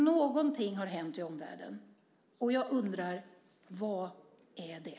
Någonting har tydligen hänt i omvärlden. Jag undrar: Vad är det?